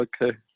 okay